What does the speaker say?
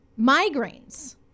migraines